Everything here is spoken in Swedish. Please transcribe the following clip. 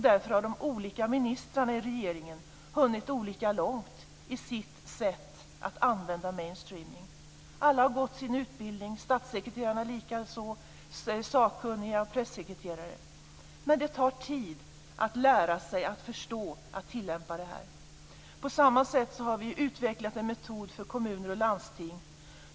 Därför har de olika ministrarna i regeringen hunnit olika långt i sitt sätt att använda mainstreaming. Alla har gått sin utbildning. Det gäller likaså statssekreterare, sakkunniga och pressekreterare. Men det tar tid att lära sig att förstå och tillämpa det här. På samma sätt har vi utvecklat en metod för kommuner och landsting.